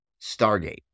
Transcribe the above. Stargate